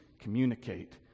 communicate